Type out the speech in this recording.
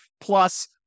Plus